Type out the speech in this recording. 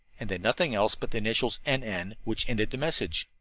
and then nothing else but the initials n. n, which ended the message.